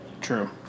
True